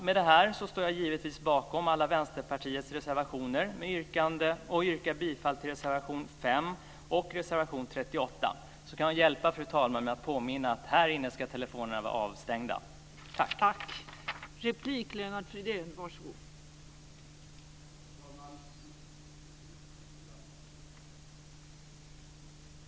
Med detta står jag givetvis bakom alla Vänsterpartiets reservationer med yrkanden och yrkar bifall till reservationerna 5 och 38. Jag kan också hjälpa fru talmannen med att påminna om att telefonerna ska vara avstängda i kammaren.